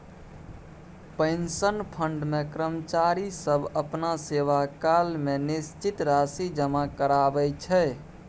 pension fund मे कर्मचारी सब अपना सेवाकाल मे निश्चित राशि जमा कराबै छै